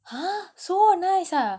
!huh! so nice ah